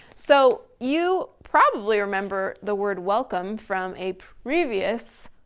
so you probably remember, the word welcome from a previous,